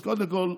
אז קודם כול,